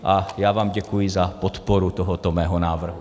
A já vám děkuji za podporu tohoto mého návrhu.